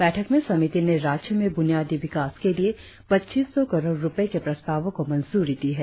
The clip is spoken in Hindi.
बैठक में समिति ने राज्य में ब्रनियादी विकास के लिए पच्चीस सौ करोड़ रुपए के प्रस्तावों को मंजूरी दी है